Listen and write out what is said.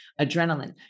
adrenaline